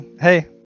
hey